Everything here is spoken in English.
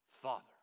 Father